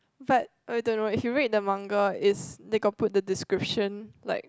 but I don't know if you read the manga it's they got put the description like